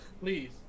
Please